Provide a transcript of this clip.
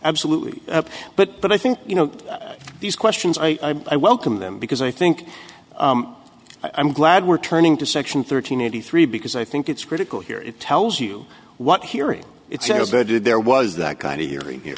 absolutely but but i think you know these questions i i welcome them because i think i'm glad we're turning to section thirteen eighty three because i think it's critical here it tells you what hearing it's a was voted there was that kind of